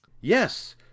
yes